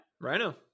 Rhino